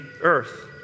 earth